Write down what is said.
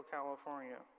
California